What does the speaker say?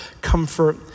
comfort